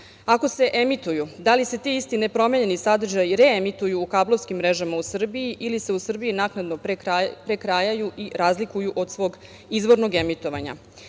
Ako se emituju, da li se ti isti nepromenjeni sadržaji reemituju u kablovskim mrežama u Srbiji ili se u Srbiji naknadno prekrajaju i razlikuju od svog izvornog emitovanja? Da